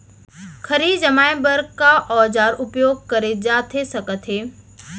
खरही जमाए बर का औजार उपयोग करे जाथे सकत हे?